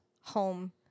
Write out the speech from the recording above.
home